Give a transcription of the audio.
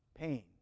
Pain